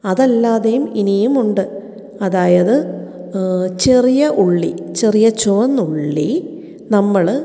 അതല്ലാതെയും ഇനിയുമുണ്ട് അതായത് ചെറിയ ഉള്ളി ചെറിയ ചുവന്നുള്ളി നമ്മൾ